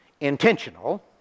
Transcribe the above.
intentional